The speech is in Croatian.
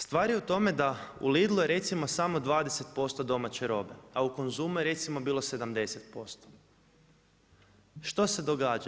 Stvar je u tome da u Lidlu, je recimo samo 20% domaće robe, a u Konzumu je recimo bilo 70%, što se događa?